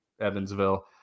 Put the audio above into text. Evansville